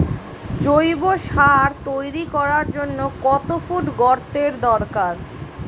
জৈব সার তৈরি করার জন্য কত ফুট গর্তের দরকার?